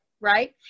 right